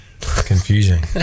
confusing